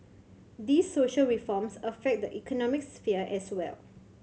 these social reforms affect the economic sphere as well